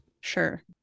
sure